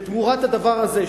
ותמורת הדבר הזה,